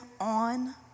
on